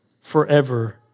forever